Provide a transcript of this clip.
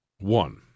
One